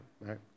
right